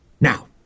Now